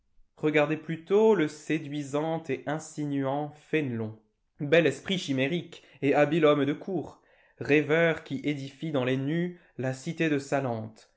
regardez plutôt le séduisant et insinuant fénelon bel esprit chimérique et habile homme de cour rêveur qui édifie dans les nues la cité de salente